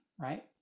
right